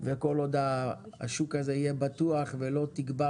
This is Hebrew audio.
וכל עוד השוק הזה יהיה בטוח ולא תגבר